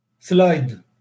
Slide